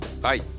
bye